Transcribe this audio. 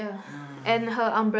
ah